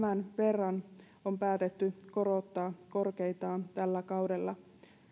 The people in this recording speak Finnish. tämän verran on päätetty korottaa korkeintaan tällä kaudella